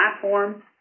platform